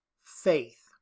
faith